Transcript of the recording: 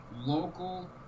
local